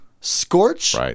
Scorch